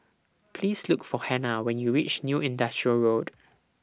Please Look For Hannah when YOU REACH New Industrial Road